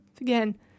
again